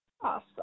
Awesome